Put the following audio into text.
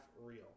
real